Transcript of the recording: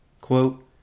quote